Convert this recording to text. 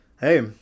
hey